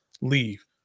leave